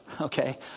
Okay